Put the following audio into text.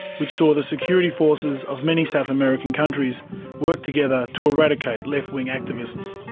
which saw the security forces of many south american countries work together to eradicate left-wing activists.